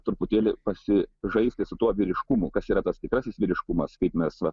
truputėlį pasi žaisti su tuo vyriškumu kas yra tas tikrasis vyriškumas kaip mes va